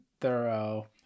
thorough